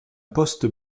poste